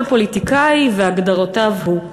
כל פוליטיקאי והגדרותיו שלו.